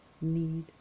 need